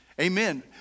Amen